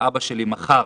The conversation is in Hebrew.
אבא שלי, מחר